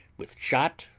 with shot,